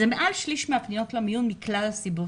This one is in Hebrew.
זה מעל שליש מהפניות למיון מכלל הסיבות.